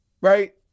Right